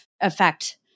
effect